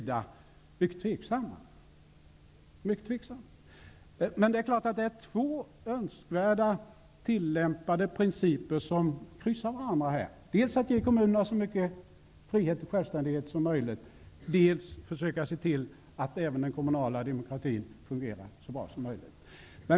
Det gäller här tillämpning av två önskvärda principer som korsar varandra, dels att ge kommunerna så mycket frihet och självständighet som möjligt, dels att försöka se till att den kommunala demokratin fungerar så bra som möjligt.